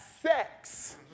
sex